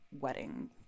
wedding